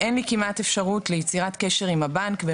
"אין לי כמעט אפשרות ליצירת קשר עם הבנק גם